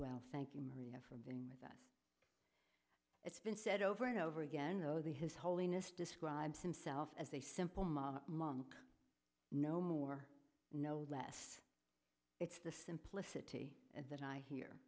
well thank you mary for being with us it's been said over and over again though the his holiness describes himself as a simple model monk no more no less it's the simplicity that i hear